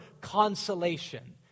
consolation